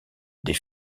des